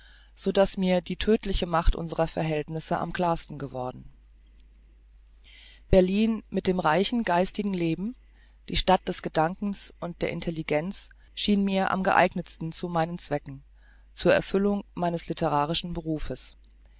so daß mir die tödtliche macht unserer verhältnisse am klarsten geworden berlin mit dem reichen geistigen leben die stadt des gedankens und der intelligenz schien mir am geeignetsten zu meinen zwecken zur erfüllung meines litterarischen berufes